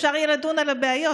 כדי שאפשר יהיה לדון על הבעיות.